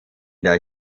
der